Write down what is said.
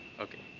Okay